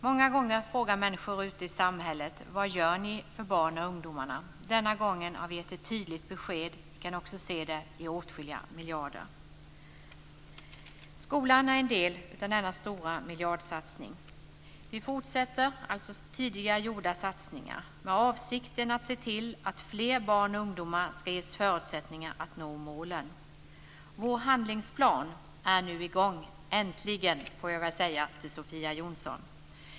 Många gånger frågar människor ute i samhället: Vad gör ni för barnen och ungdomarna? Denna gång har vi gett ett tydligt besked. Vi kan också se det i åtskilliga miljarder. Skolan är en del i denna stora miljardsatsning. Vi fortsätter tidigare gjorda satsningar med avsikten att se till att fler barn och ungdomar ges förutsättningar att nå målen. Vår handlingsplan är nu i gång. Äntligen, får jag väl säga till Sofia Jonsson.